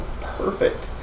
perfect